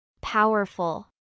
Powerful